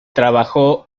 trabajó